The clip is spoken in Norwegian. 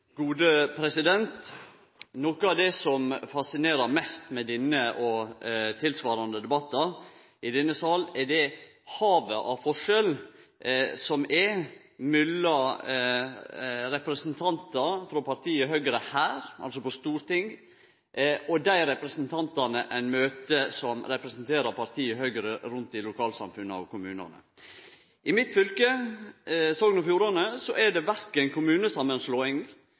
Noko av det som fascinerer mest med denne og tilsvarande debattar i denne sal, er det havet av forskjell som er mellom representantar frå partiet Høgre her – altså på Stortinget – og dei representantane ein møter frå partiet Høgre rundt i lokalsamfunna og kommunane. I mitt fylke, Sogn og Fjordane, er det verken kommunesamanslåing,